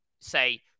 say